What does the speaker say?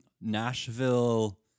Nashville